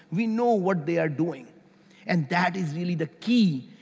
we know what they are doing and that is really the key.